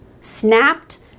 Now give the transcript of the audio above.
snapped